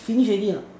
finish already or not